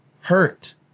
hurt